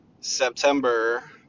September